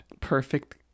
perfect